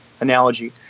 analogy